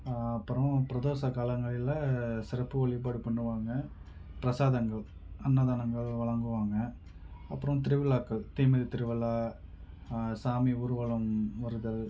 அப்புறம் பிரதோஷ காலங்களில சிறப்பு வழிபாடு பண்ணுவாங்க பிரசாதங்கள் அன்னதானங்கள் வழங்குவாங்க அப்புறம் திருவிழாக்கள் தீமிதி திருவிழா சாமி ஊர்வலம் வருதல்